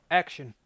action